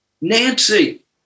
Nancy